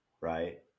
Right